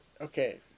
okay